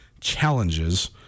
challenges